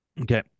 Okay